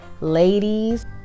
Ladies